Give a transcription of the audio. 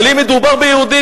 אבל אם מדובר ביהודים,